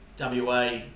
WA